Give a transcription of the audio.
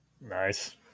nice